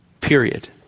period